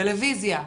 טלוויזיה,